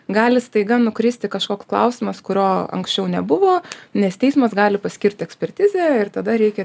gali staiga nukristi kažkoks klausimas kurio anksčiau nebuvo nes teismas gali paskirti ekspertizę ir tada reikia